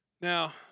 Now